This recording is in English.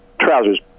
trousers